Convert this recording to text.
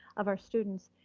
of our students,